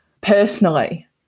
personally